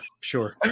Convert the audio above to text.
sure